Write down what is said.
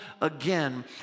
again